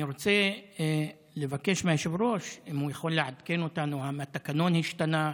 אני רוצה לבקש מהיושב-ראש לעדכן אותנו אם התקנון השתנה,